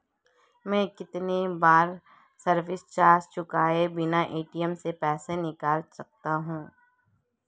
मैं कितनी बार सर्विस चार्ज चुकाए बिना ए.टी.एम से पैसे निकाल सकता हूं?